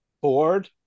board